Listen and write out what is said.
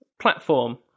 platform